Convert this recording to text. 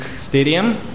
Stadium